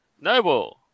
Noble